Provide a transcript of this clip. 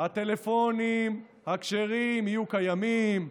הטלפונים הכשרים יהיו קיימים,